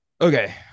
Okay